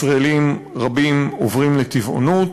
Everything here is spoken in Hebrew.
ישראלים רבים עוברים לטבעונות.